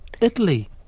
Italy